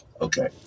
okay